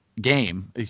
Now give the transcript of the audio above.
game